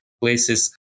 places